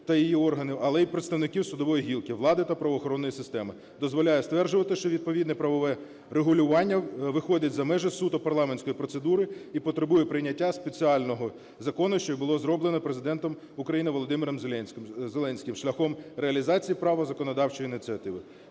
та її органів, але й представників судової гілки влади та правоохоронної системи, дозволяє стверджувати, що відповідне правове регулювання виходить за межі суто парламентської процедури і потребує прийняття спеціального закону, що і було зроблено Президентом України Володимиром Зеленським, шляхом реалізації права законодавчої ініціативи.